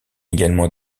également